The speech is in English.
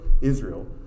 Israel